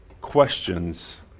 questions